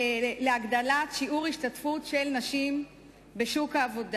להגדלת שיעור ההשתתפות של נשים בשוק העבודה.